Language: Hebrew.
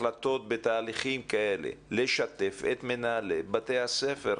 החלטות בתהליכים כאלה, לשתף את מנהלי בתי הספר.